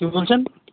কী বলছেন